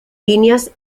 líneas